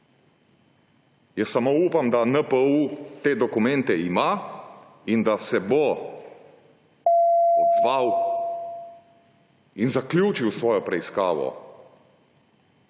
Jaz samo upam, da NPU te dokumente ima in da se bo odzval in zaključil svojo preiskavo,